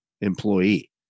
employee